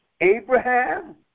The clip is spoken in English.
Abraham